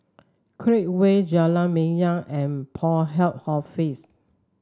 Create Way Jalan Minyak and Port Health Office